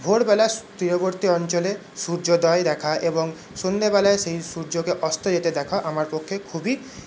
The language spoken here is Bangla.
ভোরবেলা তীরবর্তী অঞ্চলে সূর্যোদয় দেখা এবং সন্ধেবেলায় সেই সূর্যকে অস্ত যেতে দেখা আমার পক্ষে খুবই